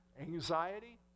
anxiety